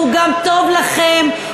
והוא גם טוב לכם,